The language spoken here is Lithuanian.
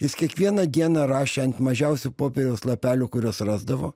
jis kiekvieną dieną rašė ant mažiausių popieriaus lapelių kuriuos rasdavo